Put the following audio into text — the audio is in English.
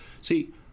See